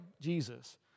Jesus